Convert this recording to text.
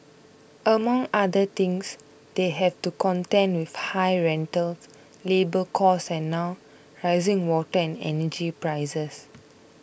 among other things they have to contend with high rentals labour costs and now rising water and energy prices